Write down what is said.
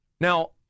Now